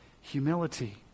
humility